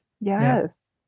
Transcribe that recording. Yes